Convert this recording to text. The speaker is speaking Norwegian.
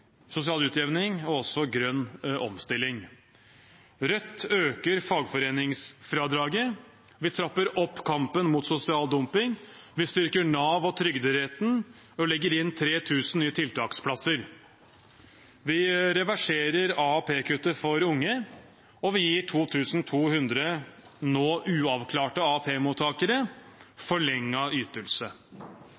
sosial utjevning og også grønn omstilling. Rødt øker fagforeningsfradraget. Vi trapper opp kampen mot sosial dumping, vi styrker Nav og Trygderetten, vi legger inn 3 000 nye tiltaksplasser. Vi reverserer AAP-kuttet for unge, og vi gir 2 200 nå uavklarte